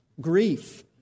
grief